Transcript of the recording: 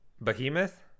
Behemoth